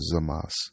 Zamas